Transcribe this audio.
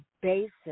basic